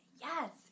yes